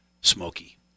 smoky